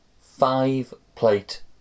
five-plate